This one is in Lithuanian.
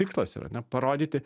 tikslas yra ar ne parodyti